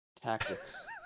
Tactics